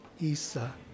Isa